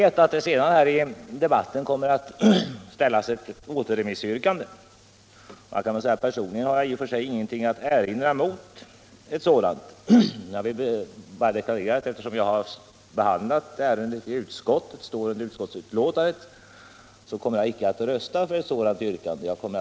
Senare i debatten kommer det att framställas ett återremissyrkande. Personligen har jag i och för sig ingenting att erinra mot det, men eftersom jag har behandlat ärendet i utskottet och undertecknat dess betänkande kommer jag icke att rösta för ett sådant yrkande, utan avstår.